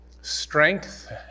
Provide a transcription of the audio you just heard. strength